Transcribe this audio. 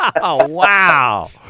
wow